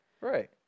right